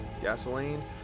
gasoline